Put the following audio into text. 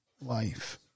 life